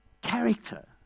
character